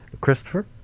Christopher